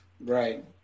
Right